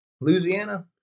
Louisiana